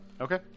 Okay